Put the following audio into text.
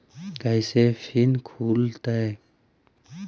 कैसे फिन खुल तय?